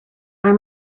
our